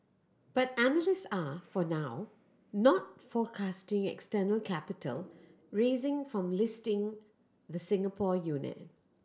but analysts are for now not forecasting external capital raising from listing the Singapore unit